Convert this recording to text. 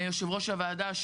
יו"ר הוועדה,